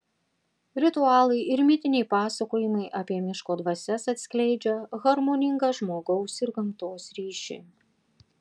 ritualai ir mitiniai pasakojimai apie miško dvasias atskleidžia harmoningą žmogaus ir gamtos ryšį